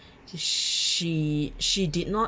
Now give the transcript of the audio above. she she did not